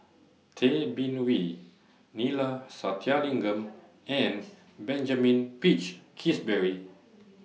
Tay Bin Wee Neila Sathyalingam and Benjamin Peach Keasberry